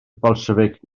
bolsiefic